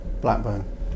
Blackburn